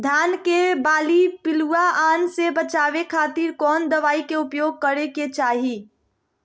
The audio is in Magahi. धान के बाली पिल्लूआन से बचावे खातिर कौन दवाई के उपयोग करे के चाही?